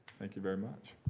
thank you very much.